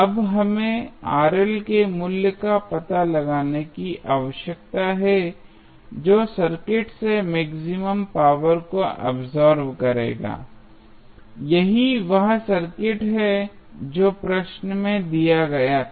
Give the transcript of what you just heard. अब हमें के मूल्य का पता लगाने की आवश्यकता है जो सर्किट से मैक्सिमम पावर को अब्सॉर्ब करेगा यही वह सर्किट है जो प्रश्न में दिया गया था